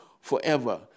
forever